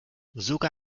sogar